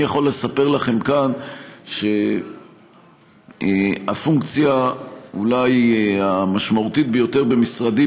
אני יכול לספר לכם כאן שהפונקציה אולי המשמעותית ביותר במשרדי,